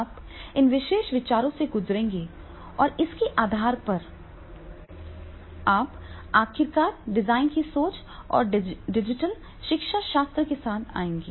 आप इन विशेष विचारों से गुजरेंगे और इसके आधार पर आप आखिरकार डिजाइन की सोच और डिजिटल शिक्षाशास्त्र के साथ आएंगे